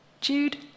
Jude